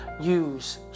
use